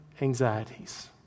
anxieties